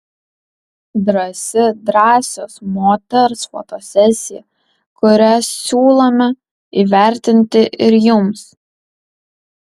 drąsi drąsios moters fotosesija kurią siūlome įvertinti ir jums